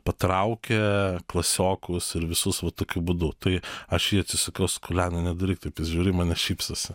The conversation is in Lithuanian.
patraukia klasiokus ir visus va tokiu būdu tai aš į jį atsisukau sakau leonai nedaryk taip jis žiūri į mane šypsosi